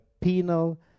penal